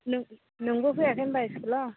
नों नोंबो फैयाखै होनबा स्कुलाव